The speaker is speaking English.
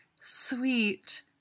sweet